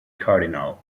cardinal